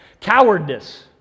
Cowardness